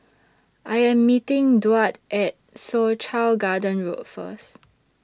I Am meeting Duard At Soo Chow Garden Road First